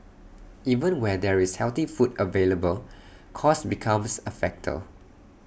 even where there is healthy food available cost becomes A factor